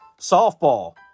softball